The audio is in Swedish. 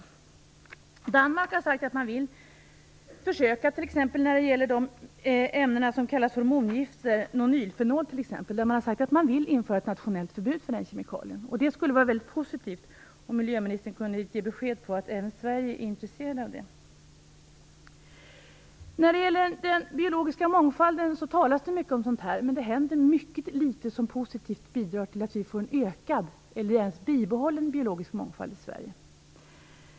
I Danmark har man sagt att man vill försöka när det gäller de ämnen som kallas hormongifter, t.ex. nonylfenol. Man har sagt att man vill införa ett nationellt förbud för den kemikalien. Det skulle vara mycket positivt om miljöministern kunde ge besked om att även Sverige är intresserat av det. Det talas mycket om den biologiska mångfalden, men det händer inte så mycket som positivt bidrar till en ökad eller ens bibehållen biologisk mångfald i Sverige.